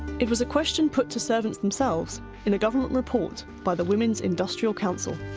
it was a question put to servants themselves in a government report by the women's industrial council.